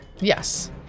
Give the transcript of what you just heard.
Yes